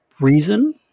reason